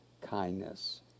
kindness